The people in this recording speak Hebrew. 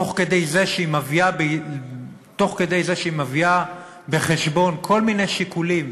תוך כדי זה שהיא מביאה בחשבון כל מיני שיקולים,